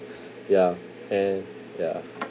ya and then ya